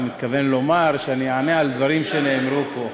אני מתכוון לומר שאני אענה על דברים שנאמרו פה.